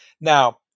Now